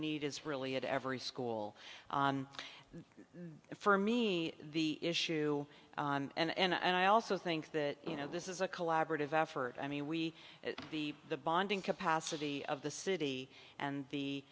need is really at every school for me the issue and i also think that you know this is a collaborative effort i mean we see the bonding capacity of the city and the